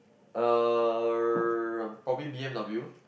er probably B_M_W